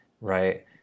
right